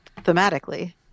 thematically